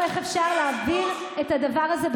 לא צריך את זה.